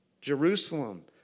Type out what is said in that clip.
Jerusalem